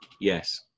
yes